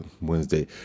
Wednesday